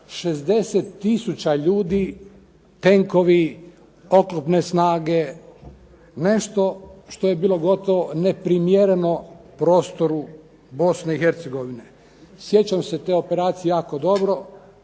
60 tisuća ljudi, tenkovi, oklopne snage nešto što je bilo gotovo neprimjereno prostoru Bosne i Hercegovine. Sjećam se te operacije jako dobro,